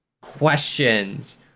questions